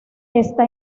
está